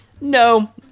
No